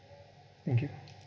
thank you